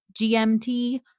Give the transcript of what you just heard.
gmt